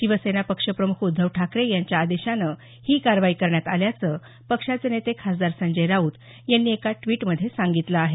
शिवसेना पक्ष प्रमुख उद्धव ठाकरे यांच्या आदेशाने ही कारवाई करण्यात आल्याचं पक्षाचे नेते खासदार संजय राऊत यांनी एका ड्वीटमध्ये सांगितलं आहे